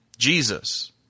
Jesus